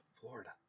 Florida